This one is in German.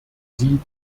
sie